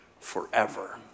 forever